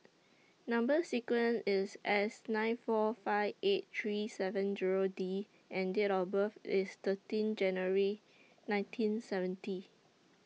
Number sequence IS S nine four five eight three seven Zero D and Date of birth IS thirteen January nineteen seventy